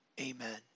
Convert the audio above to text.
amen